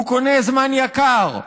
הוא קונה זמן יקר,